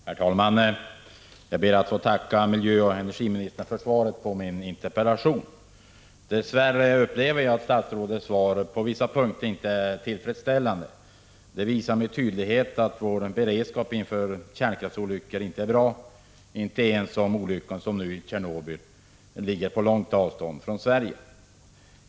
Herr talman! Jag ber att få tacka energioch miljöministern för svaret på min interpellation. Dess värre upplever jag att statsrådets svar på vissa punkter inte är tillfredsställande. Det visar med tydlighet att vår beredskap inför kärnkraftsolyckor inte är bra — inte ens om olyckan, som nu i fallet Tjernobyl, inträffar på långt avstånd från Sverige.